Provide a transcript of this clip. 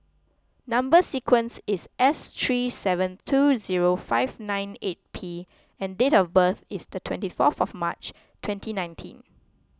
Number Sequence is S three seven two zero five nine eight P and date of birth is the twenty fourth March twenty nineteen